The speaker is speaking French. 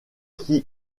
qui